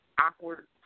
awkward